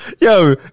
Yo